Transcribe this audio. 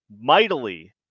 mightily